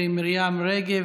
מירי מרים רגב,